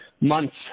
months